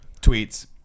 Tweets